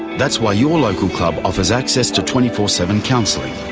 that's why your local club offers access to twenty four seven counselling,